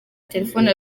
telefone